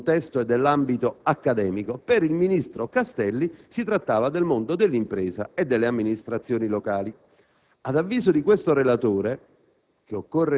(per il ministro Flick si trattava del contesto e dell'ambito accademico; per il ministro Castelli del mondo dell'impresa e delle amministrazioni locali).